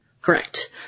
Correct